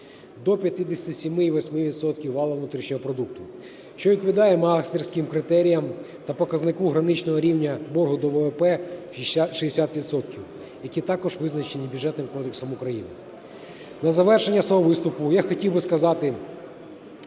валового внутрішнього продукту, що відповідає маастрихтським критеріям та показнику граничного рівня боргу до ВВП 50-60 відсотків, які також визначені Бюджетним кодексом України. На завершення свого виступу я хотів би сказати,